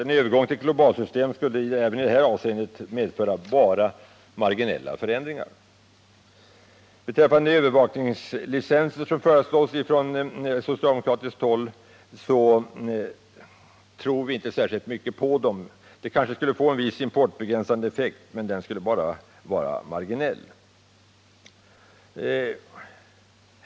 En övergång till ett globalsystem skulle alltså även i det här avseendet medföra endast marginella förändringar. Beträffande övervakningslicenser, som föreslås från socialdemokratiskt håll, vill jag säga att vi inte tror särskilt mycket på sådana. De kanske skulle få en viss importbegränsande effekt, men den skulle bara vara marginell.